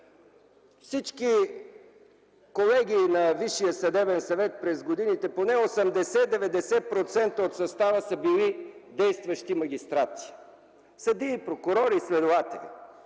Всички колеги от Висшия съдебен съвет през годините – поне 80-90% от състава, са били действащи магистрати – съдии, прокурори, следователи.